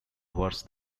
worse